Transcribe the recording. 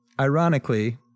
Ironically